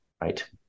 right